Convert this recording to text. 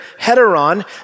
heteron